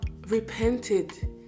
repented